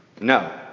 No